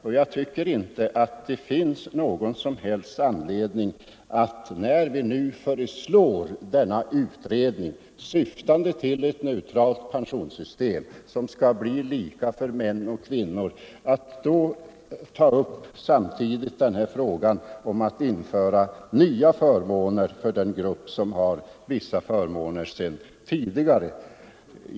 Det finns därför enligt min uppfattningen ingen anledning att samtidigt som vi nu föreslår denna utredning, syftande till ett neutralt pensionssystem som skall bli lika för män och kvinnor, ta upp frågan om att införa nya förmåner för en grupp som har vissa förmåner redan tidigare.